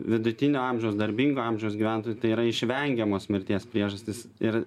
vidutinio amžiaus darbingo amžiaus gyventojų tai yra išvengiamos mirties priežastys ir